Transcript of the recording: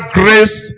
grace